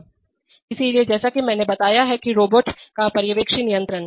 Refer Slide Time 1646 इसलिए जैसा कि मैंने बताया है कि रोबोट का पर्यवेक्षी नियंत्रण